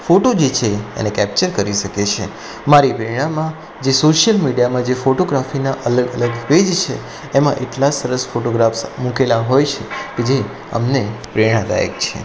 photo જે છે એને કેપ્ચર કરી શકીએ છે મારી પ્રેરણામાં જે સોસિયલ મીડિયામાં જે ફોટોગ્રાફીના અલગ અલગ પેજ છે એમાં એટલા સરસ ફોટોગ્રાફ્સ મૂકેલા હોય છે કે જે અમને પ્રેરણાદાયક છે